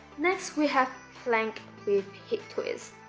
next we have plank with hip twist.